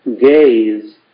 gaze